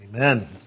Amen